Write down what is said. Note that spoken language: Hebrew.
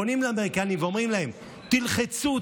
פונים לאמריקנים ואומרים להם: תלחצו,